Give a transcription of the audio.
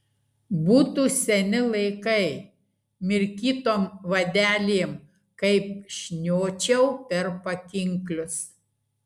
būtų seni laikai mirkytom vadelėm kaip šniočiau per pakinklius